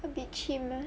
a bit chim ah